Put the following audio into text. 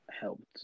helped